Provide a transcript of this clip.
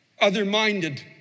other-minded